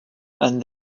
and